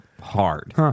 hard